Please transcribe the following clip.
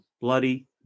bloody